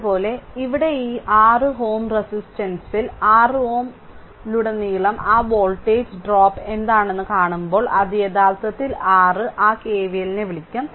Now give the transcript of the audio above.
അതുപോലെ ഇവിടെ ഈ 6 Ω റെസിസ്റ്റൻസിൽ 6 Ω റെസിസ്റ്റൻസിൽ ലുടനീളം ആ വോൾട്ടേജ് ഡ്രോപ്പ് എന്താണെന്ന് കാണുമ്പോൾ അത് യഥാർത്ഥത്തിൽ r ആ കെവിഎലിനെ വിളിക്കും